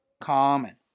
common